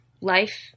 life